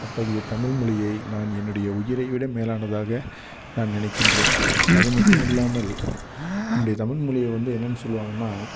அத்தகைய தமிழ் மொழியை நான் என்னுடைய உயிரை விட மேலானதாக நான் நினைக்கின்றேன் அது மட்டுமில்லாமல் என்னுடைய தமிழ் மொழிய வந்து என்னன்னு சொல்வாங்கன்னா